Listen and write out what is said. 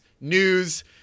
news